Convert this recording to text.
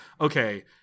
okay